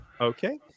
Okay